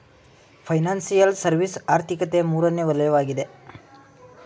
financial service ಆರ್ಥಿಕತೆಯ ಮೂರನೇ ವಲಯವಗಿದೆ